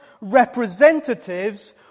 representatives